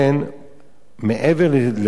מעבר לגזר-דין מוות,